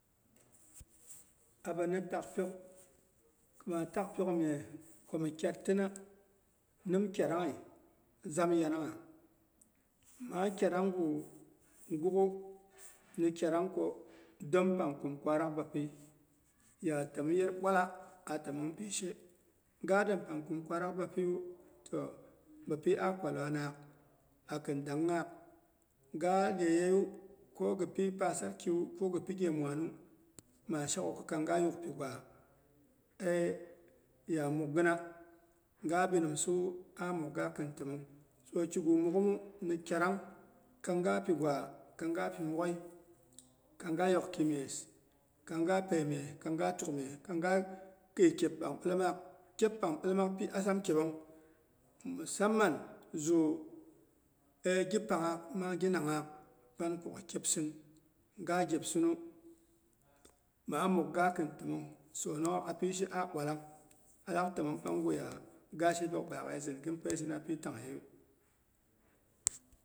Abimi tak pyok, ko maa tak pyok mye komi kyatina, nim kyarangnyi zam yanangha. Ama kyarangu gu'kwu ni kyarangko dempang kwarak bapi ya təmyiyet bwalla a təmong pishe. Ga dem pang kum kwarak bapi toh bapi ah kwa kwanaak, akin danghaak ga lye yeiyu, ko gipi pasarki ko gi pi ghe mwanu maa sheko ko kang ga yuk pigwa eh ya mukgina, ga bil nimsawu ah mukga kin təmong. So kigu mukghimu, kyarang kanga pigwa kanga pimwoghei, kanga yokki myes kanga pei myes, kanga tukmyes kang ga khi kyep pang bilemaak pi azam kebong. Musaman zuu ehgi panghaak mang gi nanghaak panko ghi kebsin ga gyepsinu maa mukga təmonghaak a pishe tomyiyak ah bwallangi ga shepyok baakyeizin gin pyesina api taangyeiyu